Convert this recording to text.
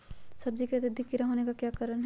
सब्जी में अत्यधिक कीड़ा होने का क्या कारण हैं?